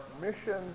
mission